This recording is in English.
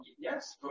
yes